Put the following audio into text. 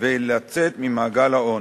ולצאת ממעגל העוני,